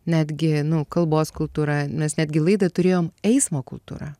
netgi nu kalbos kultūra mes netgi laidą turėjom eismo kultūra